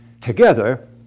Together